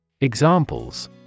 Examples